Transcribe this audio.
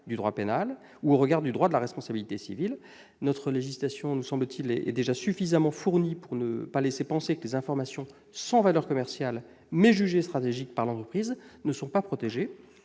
du droit pénal ou du droit de la responsabilité civile. Notre législation nous semble déjà suffisamment fournie pour ne pas laisser penser que les informations sans valeur commerciale, mais jugées stratégiques par l'entreprise, ne sont pas protégées.